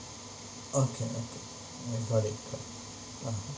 okay okay I got it got it (uh huh)